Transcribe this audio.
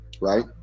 right